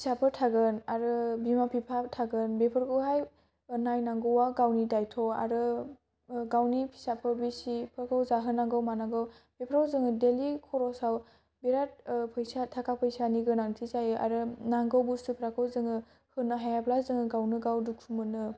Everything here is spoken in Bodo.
फिसाफोर थागोन आरो बिमा बिफा थागोन बेफोरखौहाय नायनांगौआ गावनि दायथ' आरो गावनि फिसाखौ बिसिखौ जाहोनांगौ मानांगौ बेफोरखौ जोङो डेलि खरसाव बेराद फैसा थाखा फैसानि गोनांथि जायो आरो नांगौ बुस्थुफ्राखौ जोङो होनो हायाब्ला जोङो गावनो गाव दुखु मोनो